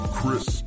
Chris